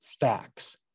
facts